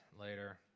later